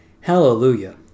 Hallelujah